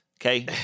okay